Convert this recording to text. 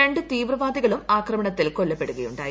രണ്ട് തീവ്രവാദികളും ആക്രമണത്തിൽ കൊല്ലപ്പെടുകയുണ്ടായി